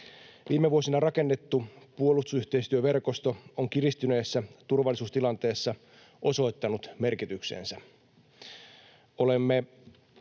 Viime vuosina rakennettu puolustusyhteistyöverkosto on kiristyneessä turvallisuustilanteessa osoittanut merkityksensä.